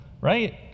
Right